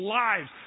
lives